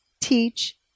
teach